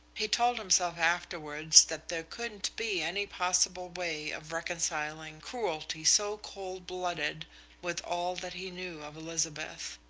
he told himself afterwards that there couldn't be any possible way of reconciling cruelty so cold-blooded with all that he knew of elizabeth.